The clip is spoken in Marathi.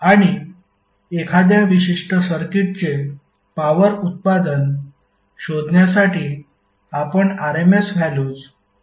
आणि एखाद्या विशिष्ट सर्किटचे पॉवर उत्पादन शोधण्यासाठी आपण RMS व्हॅल्यूज कसे वापरू शकतो